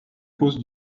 cause